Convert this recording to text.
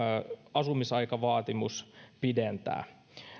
asumisaikavaatimusta pidentää